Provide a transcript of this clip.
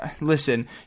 listen